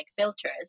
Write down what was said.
filters